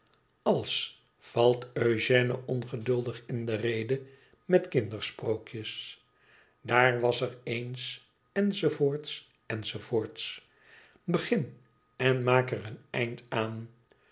als valt eugène ongeduldig in de rede imet kindersprookjes daar was er eens enz enz enz begin en maak er een eind aan